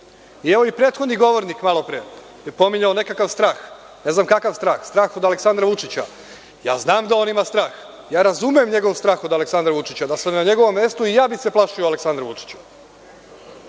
Ovaj prethodni govornik malopre je pominjao nekakav strah. Ne znam kakav strah, strah od Aleksandra Vučića. Ja znam da on ima strah. Ja razumem njegov strah od Aleksandra Vučića. Da sam na njegovom mestu, i ja bih se plašio Aleksandra Vučića. Odnos